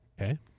okay